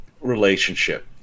relationship